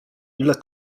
ile